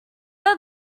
are